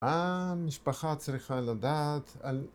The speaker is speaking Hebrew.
המשפחה צריכה לדעת על...